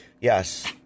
Yes